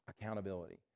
Accountability